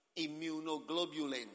immunoglobulins